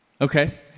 Okay